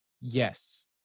Yes